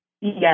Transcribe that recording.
Yes